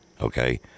Okay